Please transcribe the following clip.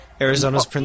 Arizona's